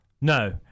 no